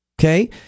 Okay